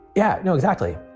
yeah. no, exactly.